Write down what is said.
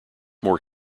more